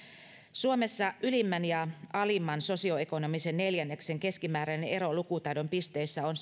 suomessa ylimmän ja alimman sosioekonomisen neljänneksen keskimääräinen ero lukutaidon pisteissä on